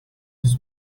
this